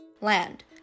Land